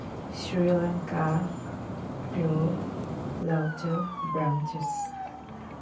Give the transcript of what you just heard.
ꯁ꯭ꯔꯤ ꯂꯪꯀꯥ ꯀ꯭ꯂꯨ ꯂꯥꯎꯇꯔ ꯕ꯭ꯔꯥꯟꯆꯦꯁ